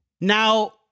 Now